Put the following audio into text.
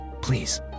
Please